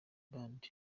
band